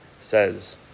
says